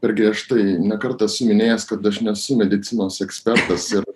per griežtai ne kartą minėjęs kad aš nesu medicinos ekspertas ir